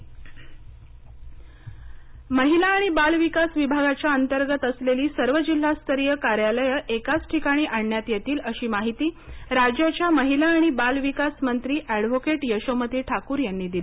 यशोमती ठाकूर महिला आणि बालविकास विभागाच्या अंतर्गत असलेली सर्व जिल्हास्तरीय कार्यालये एकाच ठिकाणी आणण्यात येतीलअशी माहिती राज्याच्या महिला आणि बाल विकास मंत्री एडव्होकेट यशोमती ठाकूर यांनी दिली